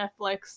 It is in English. Netflix